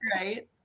Right